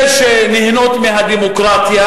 ונהנות מהדמוקרטיה,